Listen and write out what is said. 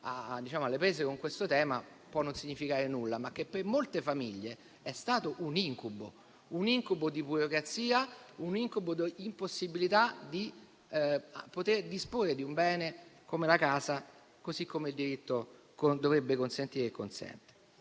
alle prese con questo tema può non significare nulla, ma per molte famiglie è stato un incubo, per la burocrazia e causa dell'impossibilità di disporre di un bene come la casa, come il diritto con dovrebbe consentire e consente.